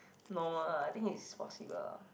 normal lah I think it's possible lah